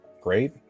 great